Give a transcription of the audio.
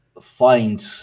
find